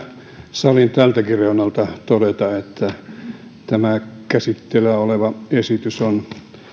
salin tältäkin reunalta todeta että tämä käsitteillä oleva esitys on